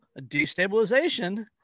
destabilization